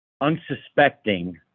unsuspecting